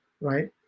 right